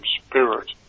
spirit